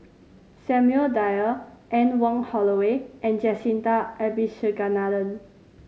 Samuel Dyer Anne Wong Holloway and Jacintha Abisheganaden